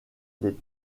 des